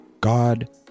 God